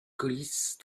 coulisse